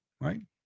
right